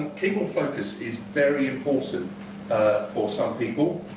and keyboard focus is very important for some people.